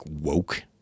woke